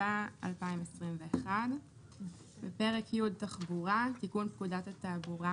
התשפ"א-2021 פרק י' תחבורה תיקון פקודת התעבורה